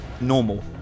normal